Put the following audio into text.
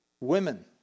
women